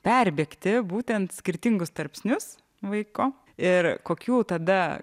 perbėgti būtent skirtingus tarpsnius vaiko ir kokių tada